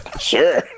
sure